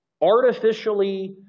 Artificially